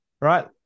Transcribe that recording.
Right